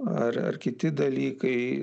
ar ar kiti dalykai